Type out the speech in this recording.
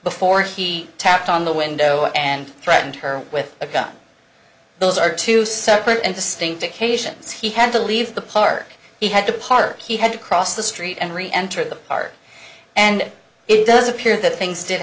before he tapped on the window and threatened her with a gun those are two separate and distinct occasions he had to leave the park he had to park he had to cross the street and re enter the park and it does appear that things did